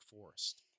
Forest